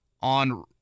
on